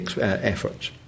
efforts